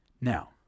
Now